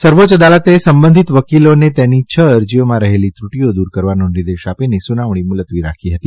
સર્વોચ્ય અદાલતે સંબંધીત વકીલોને તેમની છ અરજીઓમાં રહેલી તૃટીઓ દૂર કરવાનો નિર્દેશ આપીને સુનાવણી મુલત્વી રાખી હતી